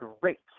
great